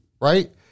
Right